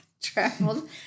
traveled